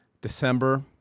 December